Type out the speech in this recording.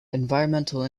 environmental